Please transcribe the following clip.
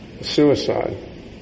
suicide